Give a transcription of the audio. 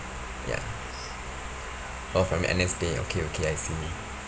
ya oh from N_S there okay okay I see